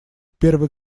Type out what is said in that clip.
первый